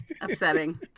Upsetting